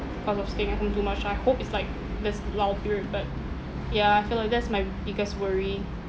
cause of staying at home too much I hope it's like this low period but ya I feel like that's my biggest worry